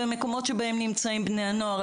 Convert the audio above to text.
במקומות שבהם נמצאים בני הנוער,